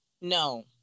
No